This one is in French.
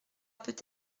peut